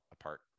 apart